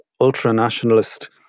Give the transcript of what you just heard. ultra-nationalist